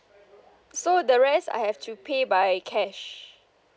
so the rest I have to pay by cash